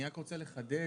אני רק רוצה לחדד.